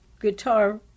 guitar